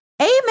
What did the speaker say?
Amen